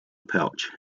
pouch